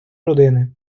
родини